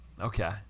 Okay